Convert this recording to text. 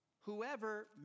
whoever